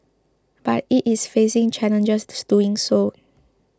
but it is facing challenges doing so